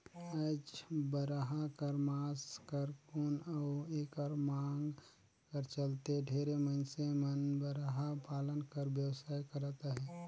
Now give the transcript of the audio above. आएज बरहा कर मांस कर गुन अउ एकर मांग कर चलते ढेरे मइनसे मन बरहा पालन कर बेवसाय करत अहें